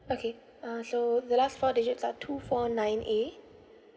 okay uh so the last four digits are two four nine A